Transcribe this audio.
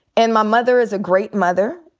and my mother is a great mother.